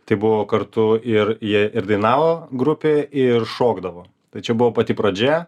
tai buvo kartu ir jie ir dainavo grupėj ir šokdavo tai čia buvo pati pradžia